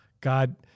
God